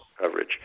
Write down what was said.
coverage